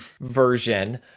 version